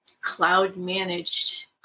cloud-managed